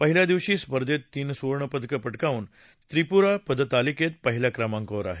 पहिल्या दिवशी स्पर्धेत तीन सुवर्णपदक पटकावून त्रिपुरा पदकतालिकेत पहिल्या क्रमांकावर आहे